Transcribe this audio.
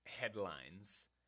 headlines